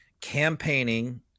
campaigning